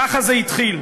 ככה זה התחיל,